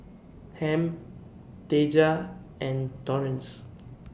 Ham Taja and Torrence